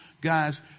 Guys